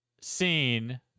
seen